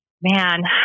man